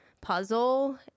puzzle